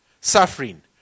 suffering